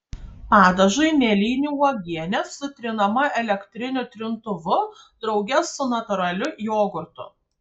padažui mėlynių uogienė sutrinama elektriniu trintuvu drauge su natūraliu jogurtu